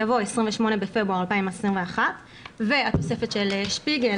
יבוא "28 בפברואר 2021"." והתוספת של שפיגלר